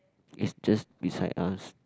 it's just beside us